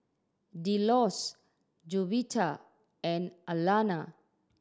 Delos Jovita and Alana